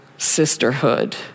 sisterhood